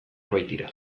baitira